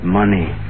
money